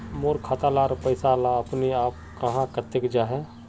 मोर खाता डार पैसा ला अपने अपने क्याँ कते जहा?